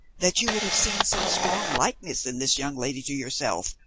that you would have seen some strong likeness in this young lady to yourself,